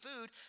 food